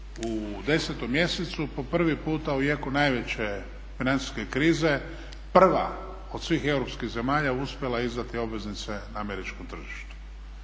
u 10. mjesecu po prvi puta u jeku najveće financijske krize prva od svih europskih zemalja uspjela izdati obveznice na američkom tržištu.